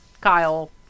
Kyle